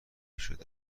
شده